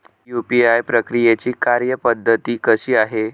UPI प्रक्रियेची कार्यपद्धती कशी आहे?